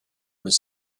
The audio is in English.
was